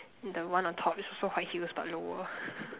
and the one on top is also white heels but lower